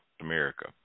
America